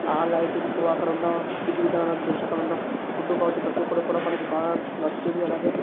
లైటింగ్కు అక్కడున్న విధివిధానం చూసి అక్కడున్న ఫుడ్ కావచ్చు ప్రతీ ఒక్కటి కూడా మనకి బాగా నచ్చుతుంది అలాగే